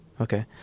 Okay